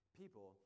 people